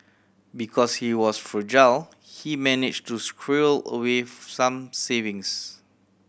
because he was frugal he managed to squirrel away some savings